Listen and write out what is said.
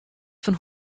fan